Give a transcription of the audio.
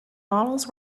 models